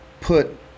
put